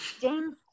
James